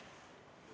Kõik